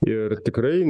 ir tikrai